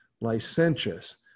licentious